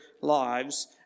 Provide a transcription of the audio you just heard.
lives